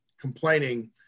complaining